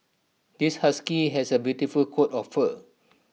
this husky has A beautiful coat of fur